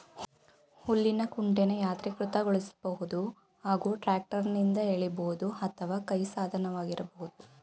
ಹುಲ್ಲಿನ ಕುಂಟೆನ ಯಾಂತ್ರೀಕೃತಗೊಳಿಸ್ಬೋದು ಹಾಗೂ ಟ್ರ್ಯಾಕ್ಟರ್ನಿಂದ ಎಳಿಬೋದು ಅಥವಾ ಕೈ ಸಾಧನವಾಗಿರಬಹುದು